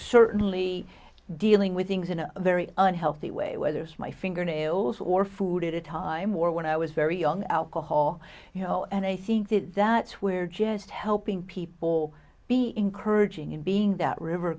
certainly dealing with things in a very unhealthy way whether it's my fingernails or food at a time when i was very young alcohol you know and i think that that's where just helping people be encouraging and being that river